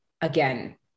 again